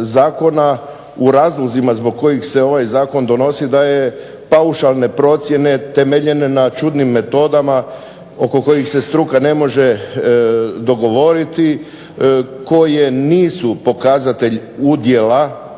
zakona o razlozima zbog kojih se ovaj zakon donosi daje paušalne procjene temeljene naučnim metodama oko kojih se struka ne može dogovoriti, koje nisu pokazatelj udjela